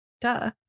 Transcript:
Duh